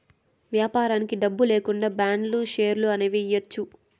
వ్యాపారానికి డబ్బు లేకుండా బాండ్లు, షేర్లు అనేవి ఇయ్యచ్చు